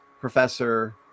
professor